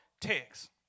text